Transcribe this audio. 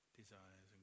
desires